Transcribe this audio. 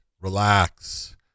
relax